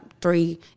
three